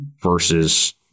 versus